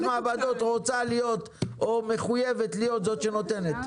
מעבדות רוצה להיות או מחויבת להיות זאת שנותנת.